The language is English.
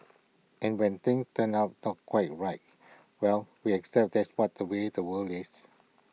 and when things turn out not quite right well we accept that's what the way the world is